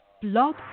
Blog